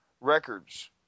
Records